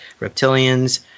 reptilians